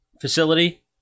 facility